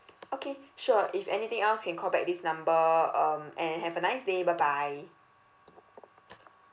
okay sure if anything else you can call back this number um and have a nice day bye bye